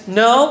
no